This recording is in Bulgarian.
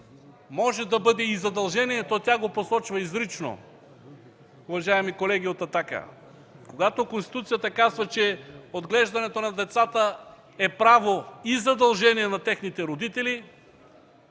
може да бъде и задължение, то тя го посочва изрично. Уважаеми колеги от „Атака“, когато Конституцията казва, че отглеждането на децата е право и задължение на техните родители,